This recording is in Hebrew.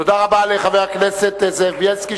תודה רבה לחבר הכנסת זאב בילסקי,